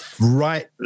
right